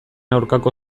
aurkako